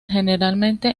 generalmente